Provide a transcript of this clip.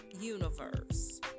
universe